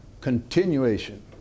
continuation